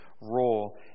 role